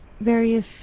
Various